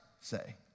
say